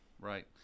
Right